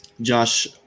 Josh